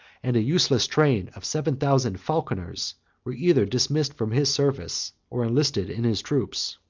and a useless train of seven thousand falconers was either dismissed from his service, or enlisted in his troops.